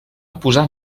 oposar